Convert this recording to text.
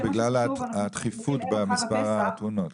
בגלל הדחיפות במספר התאונות.